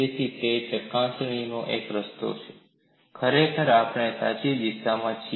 તેથી તે ચકાસણીનો એક રસ્તો છે ખરેખર આપણે સાચી દિશામાં છીએ